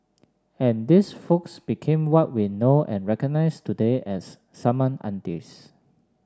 and these folks became what we know and recognise today as summon aunties